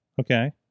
Okay